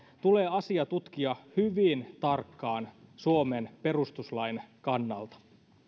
tulee asia tutkia hyvin tarkkaan suomen perustuslain kannalta